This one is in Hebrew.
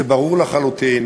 זה ברור לחלוטין,